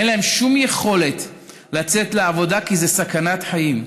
אין להם שום יכולת לצאת לעבודה כי זאת סכנת חיים.